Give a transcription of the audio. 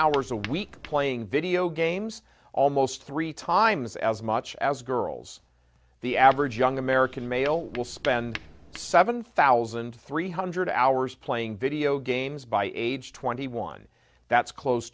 hours a week playing video games almost three times as much as girls the average young american male will spend seven thousand and three hundred hours playing video games by age twenty one that's close